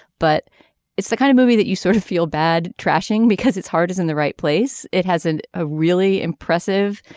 but it's the kind of movie that you sort of feel bad trashing because it's hard is in the right place. it hasn't ah really impressive.